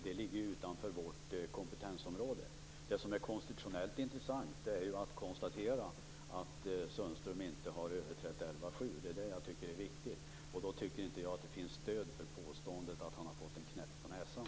Det ligger utanför vårt kompetensområde. Det som är konstitutionellt intressant är ju att konstatera att Sundström inte har överträtt 11 kap. 7 §. Det är det jag tycker är viktigt. Då tycker inte jag att det finns stöd för påståendet att han har fått en knäpp på näsan.